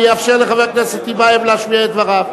ויאפשר לחבר הכנסת טיבייב להשמיע את דבריו.